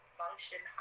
function